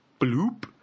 bloop